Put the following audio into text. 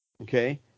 okay